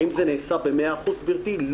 האם זה נעשה במאה אחוז, גבירתי?